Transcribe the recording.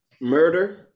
murder